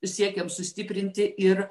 siekiam sustiprinti ir